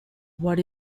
what